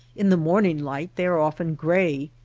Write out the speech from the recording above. in the morning light they are often gray,